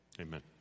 Amen